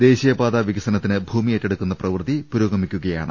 ദേശീയപാതാ വികസനത്തിന് ഭൂമി ഏറ്റെടുക്കുന്ന പ്രവൃത്തി പുരോഗമിക്കുകയാണ്